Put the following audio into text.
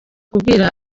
kubwira